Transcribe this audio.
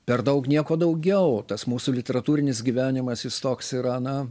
per daug nieko daugiau o tas mūsų literatūrinis gyvenimas jis toks yra na